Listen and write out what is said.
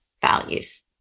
values